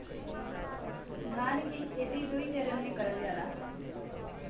धान के खेती दुई चरन मे करल जाला